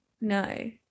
No